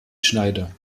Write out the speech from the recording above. schneider